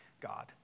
God